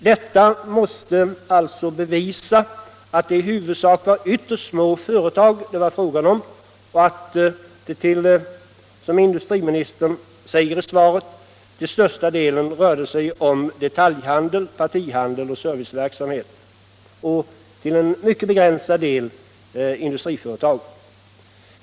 Detta torde bevisa att det i huvudsak var ytterst små företag det var fråga om och att det — som industriministern säger i svaret — till största delen rörde sig om detaljhandel, partihandel och serviceverksamhet och endast till mycket begränsad del om industriföretag.